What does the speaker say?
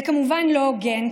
זה כמובן לא הוגן,